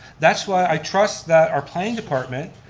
that's why i trust that our planning department,